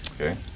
Okay